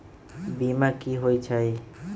बीमा कि होई छई?